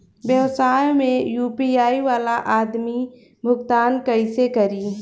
व्यवसाय में यू.पी.आई वाला आदमी भुगतान कइसे करीं?